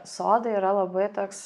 sodai yra labai toks